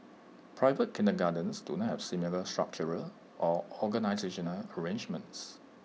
private kindergartens do not have similar structural or organisational arrangements